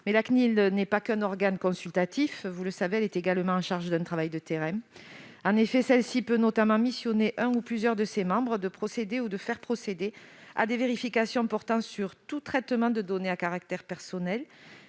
La CNIL n'est pas qu'un organe consultatif. Vous le savez, elle est également chargée d'un travail de terrain. En effet, elle peut notamment missionner un ou plusieurs de ses membres pour procéder ou faire procéder à des vérifications portant sur tout traitement de données à caractère personnel.